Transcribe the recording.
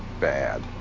bad